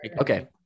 Okay